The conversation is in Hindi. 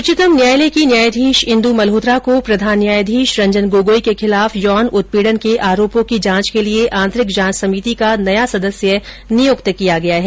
उच्चतम न्यायालय की न्यायाधीश इन्दु मल्होत्रा को प्रधान न्यायाधीश रंजन गोगोई के खिलाफ यौन उत्पीड़न के आरोपों की जांच के लिए आंतरिक जांच समिति का नया सदस्य नियुक्त किया गया है